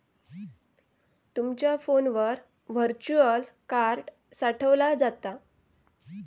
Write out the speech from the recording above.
तुमचा फोनवर virtual card साठवला जाता